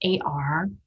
AR